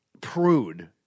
prude